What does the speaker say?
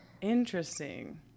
Interesting